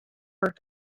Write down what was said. for